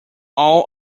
all